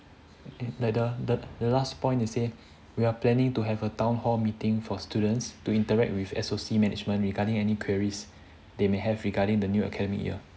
like the the the last point they say we are planning to have a town hall meeting for students to interact with S_O_C management regarding any queries they may have regarding the new academic year